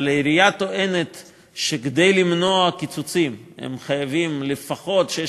אבל העירייה טוענת שכדי למנוע קיצוצים הם חייבים לפחות 650,